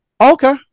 Okay